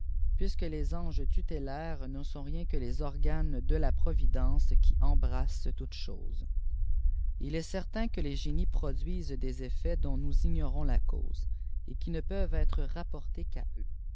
puisque les anges tutélaires ne sont rien que les oianes de la providence qui embt'àsse toutes choses il est certain que les génies produisent des effets dont nous ignorons la cause et qui ne peuvent être rapportés qu'à eux